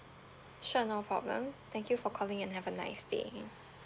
sure no problem thank you for calling and have a nice day